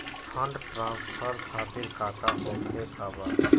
Fund transfer खातिर काका होखे का बा?